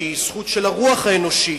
שהיא זכות של הרוח האנושית,